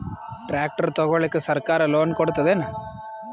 Tractor ತಗೊಳಿಕ ಸರ್ಕಾರ loan ಕೊಡತದೇನು?